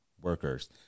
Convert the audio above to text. workers